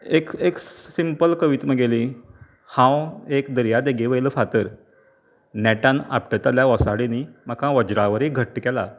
एक एक सिंपल कविता म्हगेली हांव एक दर्या देगेवयलो फातर नेटान आपटतल्या वोसाडेनी म्हाका वज्रावरी घट्ट केला